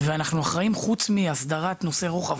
וחוץ מהסדרת נושאי רוחב,